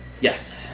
Yes